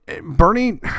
Bernie